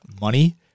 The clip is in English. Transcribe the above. money